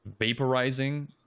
vaporizing